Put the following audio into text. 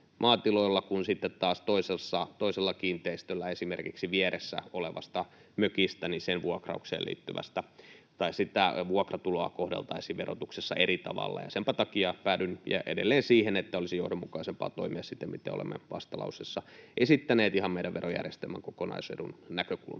kun sitten taas toisen kiinteistön, esimerkiksi vieressä olevan mökin, vuokratuloa kohdeltaisiin verotuksessa eri tavalla. Senpä takia päädyn edelleen siihen, että olisi johdonmukaisempaa toimia siten, miten olemme vastalauseessa esittäneet, ihan meidän verojärjestelmän kokonaisedun näkökulmasta.